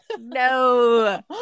no